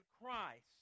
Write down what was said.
Christ